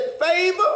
favor